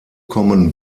kommen